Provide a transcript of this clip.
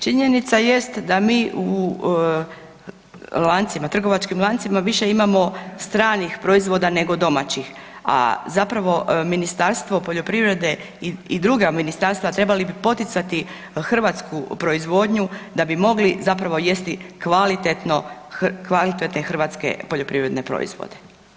Činjenica jest da mi u trgovačkim lancima više imamo stranih proizvoda nego domaćih, a zapravo Ministarstvo poljoprivrede i druga ministarstva trebala bi poticati hrvatsku proizvodnju da bi mogli zapravo jesti kvalitetne hrvatske poljoprivredne proizvode.